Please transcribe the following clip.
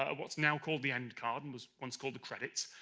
ah what's now called the end card and was once called the credits,